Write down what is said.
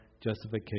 justification